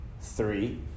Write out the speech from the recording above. three